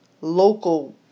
local